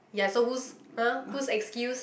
ya so whose [huh] whose excuse